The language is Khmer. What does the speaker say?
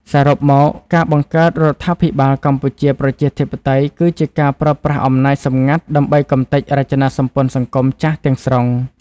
សរុបមក ការបង្កើតរដ្ឋាភិបាលកម្ពុជាប្រជាធិបតេយ្យ គឺជាការប្រើប្រាស់អំណាចសម្ងាត់ដើម្បីកម្ទេចរចនាសម្ព័ន្ធសង្គមចាស់ទាំងស្រុង។